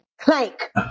Clank